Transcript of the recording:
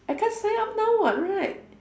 I can't sign up now what right